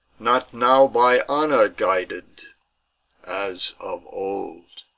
not now by honour guided as of old.